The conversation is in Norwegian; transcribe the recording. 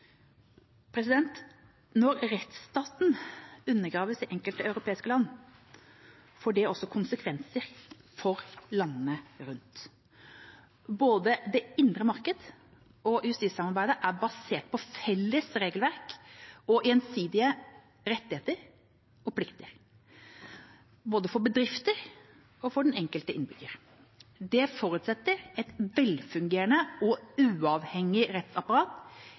Når rettstaten undergraves i enkelte europeiske land, får det også konsekvenser for landene rundt. Både det indre marked og justissamarbeidet er basert på felles regelverk med gjensidige rettigheter og plikter, for både bedrifter og den enkelte innbygger. Det forutsetter et velfungerende og uavhengig rettsapparat